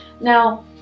Now